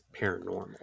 paranormal